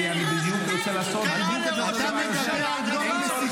אני אשמח מאוד אם נצמצם את הנושא הזה למינימום שבמינימום.